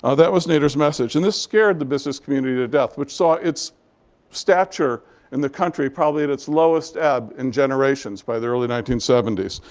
ah that was nader's message. and this scared the business community to death, which saw its stature in the country probably at its lowest ebb in generations by the early nineteen seventy s,